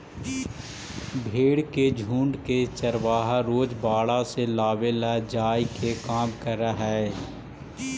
भेंड़ के झुण्ड के चरवाहा रोज बाड़ा से लावेले जाए के काम करऽ हइ